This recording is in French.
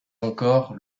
encore